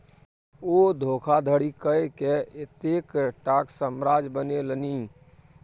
ओ धोखाधड़ी कय कए एतेकटाक साम्राज्य बनेलनि